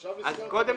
עכשיו נזכרת?